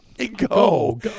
go